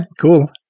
cool